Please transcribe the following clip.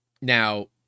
Now